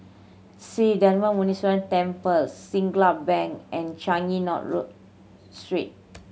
Sri Darma Muneeswaran Temple Siglap Bank and Changi North Road Street